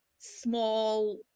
small